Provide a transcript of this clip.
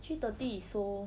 three thirty is so